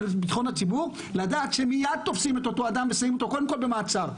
ביטחון הציבור לדעת שמיד תופסים את אותו אדם ושמים אותו קודם כל במעצר.